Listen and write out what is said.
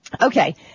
Okay